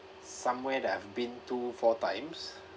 somewhere that I've been to four times